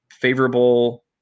favorable